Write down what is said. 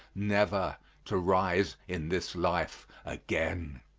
never to rise in this life again.